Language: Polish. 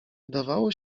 wydawało